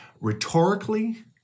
rhetorically